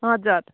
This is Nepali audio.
हजुर